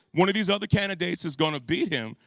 one of these other candidates is going to beat him.